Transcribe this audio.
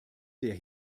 der